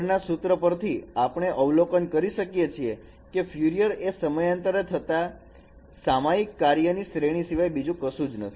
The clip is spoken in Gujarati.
ઉપરના સૂત્ર પરથી આપણે અવલોકન કરી શકીએ છીએ કે ફ્યુરિયર એ સમયાંતરે થતા સામાયિક કાર્ય ની શ્રેણી સિવાય બીજું કશું જ નથી